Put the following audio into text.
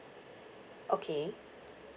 okay